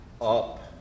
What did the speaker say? up